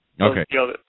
Okay